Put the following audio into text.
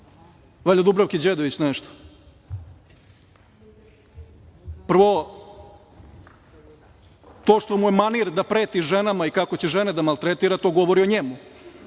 valjda Dubravki Đedović nešto. Prvo, to što mu je manir da preti ženama i kako će žene da maltretira to govori o njemu,